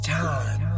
time